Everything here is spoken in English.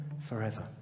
forever